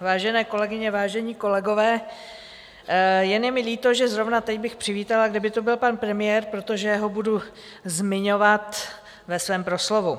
Vážené kolegyně, vážení kolegové, jen je mi líto, že zrovna teď bych přivítala, kdyby tu byl pan premiér, protože ho budu zmiňovat ve svém proslovu.